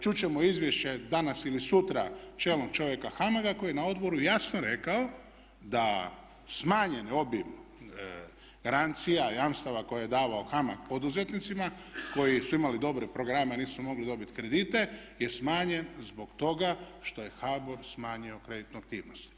Čut ćemo izvješće danas ili sutra čelnog čovjeka HAMAG-a koji je na odboru jasno rekao da smanjen obim garancija, jamstava koje je davao HAMAG poduzetnicima koji su imali dobre programe a nisu mogli dobiti kredite je smanjen zbog toga što je HBOR smanjio kreditnu aktivnost.